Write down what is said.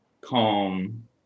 calm